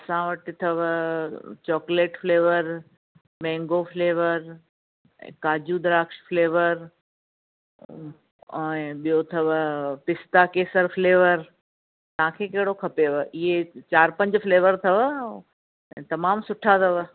असां वटि अथव चॉकलेट फ़्लेवर मैंगो फ़्लेवर काजू द्राक्क्ष फ़्लेवर ऐं ॿियो अथव पिस्ता केसर फ़्लेवर तव्हांखे कहिड़ो खपेव इहे चारि पंज फ़्लेवर अथव तमामु सुठा अथव